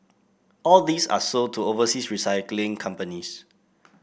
all these are sold to overseas recycling companies